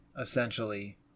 essentially